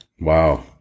Wow